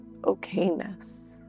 okayness